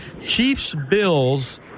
Chiefs-Bills